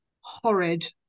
horrid